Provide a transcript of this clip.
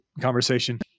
conversation